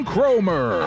Cromer